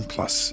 Plus